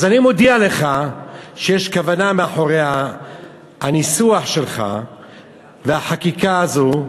אז אני מודיע לך שיש כוונה מאחורי הניסוח שלך והחקיקה הזו.